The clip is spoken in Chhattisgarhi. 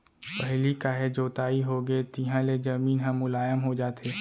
पहिली काहे जोताई होगे तिहाँ ले जमीन ह मुलायम हो जाथे